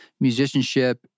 musicianship